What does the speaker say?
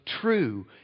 true